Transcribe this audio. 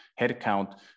headcount